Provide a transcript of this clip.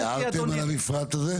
הערתם על המפרט הזה?